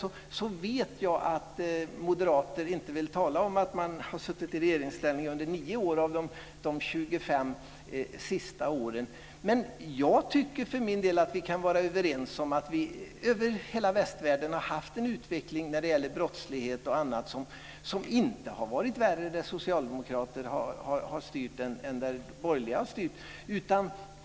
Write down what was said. Jag vet att moderater inte vill tala om att man har suttit i regeringsställning under nio av de 25 senaste åren. Jag tycker för min del att vi kan vara överens om att vi över hela västvärlden haft en utveckling när det gäller brottslighet och annat som inte har varit värre där socialdemokrater har styrt än där borgerliga har styrt.